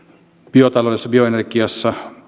biotaloudessa bioenergiassa